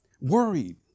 worried